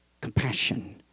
Compassion